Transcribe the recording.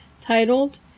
titled